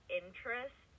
interest